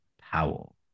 powell